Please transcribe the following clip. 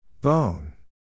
Bone